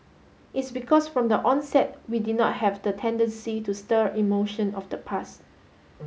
it's because from the onset we did not have the tendency to stir emotion of the past